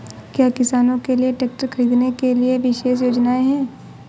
क्या किसानों के लिए ट्रैक्टर खरीदने के लिए विशेष योजनाएं हैं?